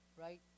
right